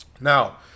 Now